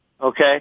Okay